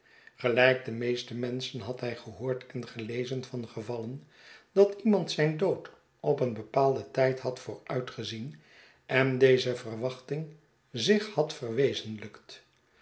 gelijk de meeste menschen had hij gehoord en gelezen van gevallen dat iemand zijn dood op een bepaalden tijd had vooruitgezien en deze verwachting zich had verwezenlijkt